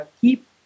keep